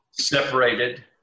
separated